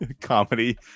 comedy